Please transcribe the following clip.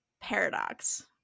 paradox